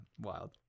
wild